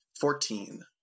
Fourteen